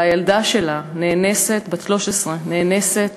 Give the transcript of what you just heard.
והילדה שלה בת ה-13 נאנסת